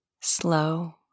slow